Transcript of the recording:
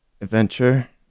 adventure